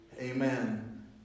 Amen